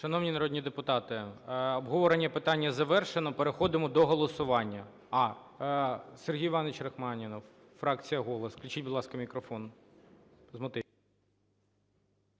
Шановні народні депутати, обговорення питання завершено. Переходимо до голосування.